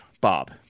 Bob